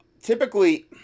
Typically